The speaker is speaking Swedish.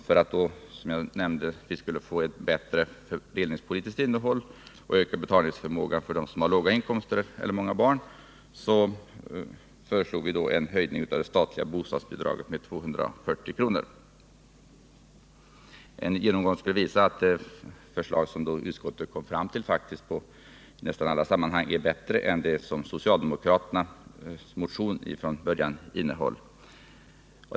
För att, som jag redan nämnt, det skulle bli ett bättre fördelningspolitiskt innehåll och för att betalningsförmågan hos dem som har låga inkomster eller många barn skulle öka föreslog vi en höjning av det statliga bostadsbidraget med 240 kr. En genomgång visade att det förslag som utskottet då kom fram till faktiskt på alla punkter är bättre än det som socialdemokraternas motion från början innehöll.